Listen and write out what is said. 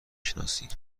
شناسی